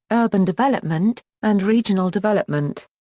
urban development, and regional development.